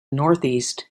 northeast